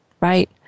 Right